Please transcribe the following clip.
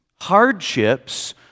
hardships